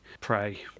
pray